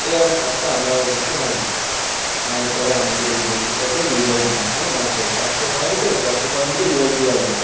তো এরকম থাকতে আমরা ওদেরকে মারি মারার পরে আমাদের ওই বন্দুটাকে রেভাইভ দিই মানে বাঁচাই চারশো কয়েন তো চারশো কয়েন দিয়ে রেভাইভ দেওয়া যাই